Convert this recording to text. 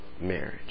marriage